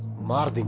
model?